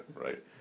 right